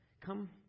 come